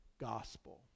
gospel